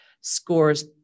scores